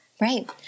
Right